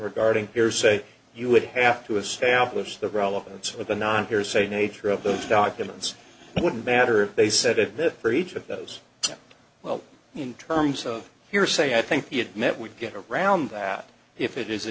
regarding peers say you would have to establish the relevance of the non here's a nature of those documents it wouldn't matter if they said this for each of those well in terms of hearsay i think he had met we'd get around that if it is a